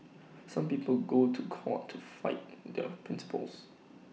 some people go to court to fight their principles